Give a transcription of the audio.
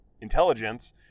intelligence